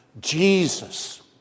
Jesus